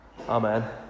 Amen